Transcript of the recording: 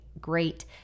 great